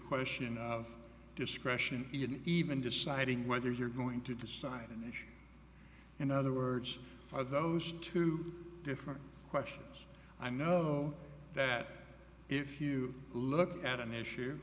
question of discretion even deciding whether you're going to decide an issue in other words for those two different questions i know that if you look at an issue